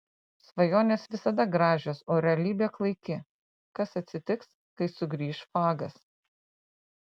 svajonės visada gražios o realybė klaiki kas atsitiks kai sugrįš fagas